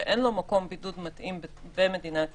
שאין לו מקום בידוד מתאים במדינת ישראל,